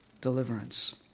deliverance